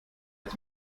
ist